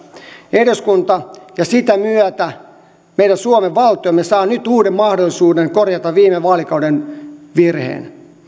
eduskunta ja sitä myötä meidän suomen valtiomme saa nyt uuden mahdollisuuden korjata viime vaalikauden virheen